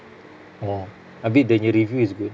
orh abeh dia punya review is good